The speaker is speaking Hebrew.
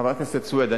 חבר הכנסת סוייד,